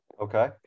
Okay